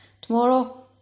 tomorrow